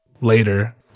later